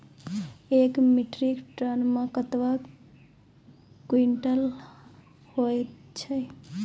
एक metric ton मे कतवा क्वींटल हैत छै?